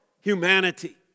humanity